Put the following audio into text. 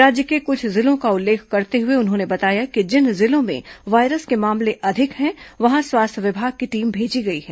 राज्य के कुछ जिलों का उल्लेख करते हुए उन्होंने बताया कि जिन जिलों में वायरस के मामले अधिक है वहां स्वास्थ्य विभाग की टीम भेजी गई है